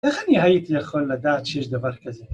תכף נהייתי אחול לדעת שיש דבר כזה